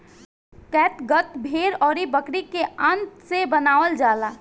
catgut भेड़ अउरी बकरी के आंत से बनावल जाला